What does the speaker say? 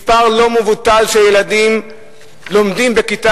מספר לא מבוטל של ילדים לומדים בכיתה